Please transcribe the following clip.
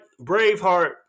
Braveheart